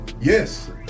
Yes